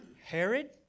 Herod